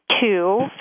two